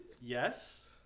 Yes